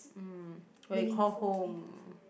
um where you call home